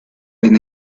ven